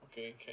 okay can